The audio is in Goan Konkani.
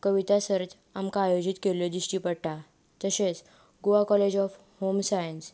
कविता सर्त आमकां आयोजीत केल्ल्यो दिश्टी पडटात तशेंच Goa college of home science